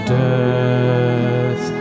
death